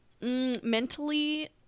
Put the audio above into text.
mentally